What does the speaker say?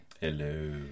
Hello